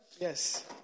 Yes